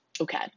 Okay